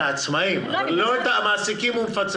את העצמאים, אבל את המעסיקים הוא מפצה.